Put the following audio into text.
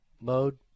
mode